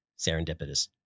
serendipitous